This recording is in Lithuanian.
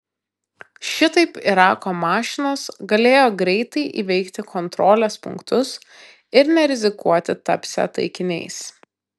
šitaip irako mašinos galėjo greitai įveikti kontrolės punktus ir nerizikuoti tapsią taikiniais